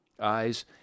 Eyes